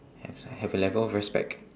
have s~ have a level of respect